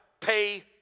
pay